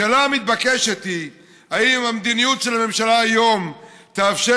השאלה המתבקשת היא: האם המדיניות של הממשלה היום תאפשר